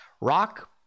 Rock